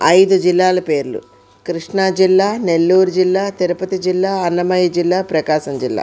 ఐదు జిల్లాల పేర్లు కృష్ణా జిల్లా నెల్లూరు జిల్లా తిరుపతి జిల్లా అన్నమయ్య జిల్లా ప్రకాశం జిల్లా